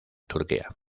turquía